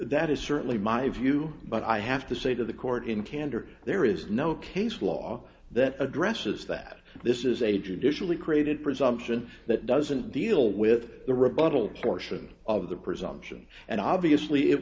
that is certainly my view but i have to say to the court in candor there is no case law that addresses that this is a judicially created presumption that doesn't deal with the rebuttal portion of the presumption and obviously it